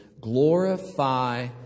glorify